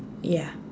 ya